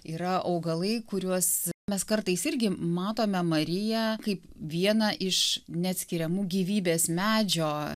yra augalai kuriuos mes kartais irgi matome mariją kaip vieną iš neatskiriamų gyvybės medžio